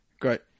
great